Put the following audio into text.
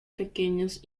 pequeños